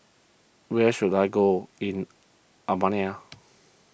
where should I go in Albania